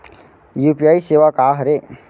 UPI सेवा का हरे?